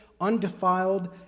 undefiled